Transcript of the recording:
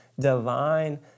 divine